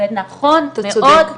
נכון מאוד,